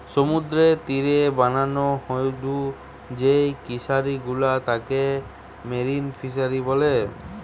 সমুদ্রের তীরে বানানো হয়ঢু যেই ফিশারি গুলা তাকে মেরিন ফিসারী বলতিচ্ছে